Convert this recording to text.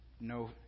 no